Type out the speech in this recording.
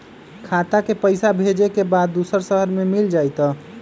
खाता के पईसा भेजेए के बा दुसर शहर में मिल जाए त?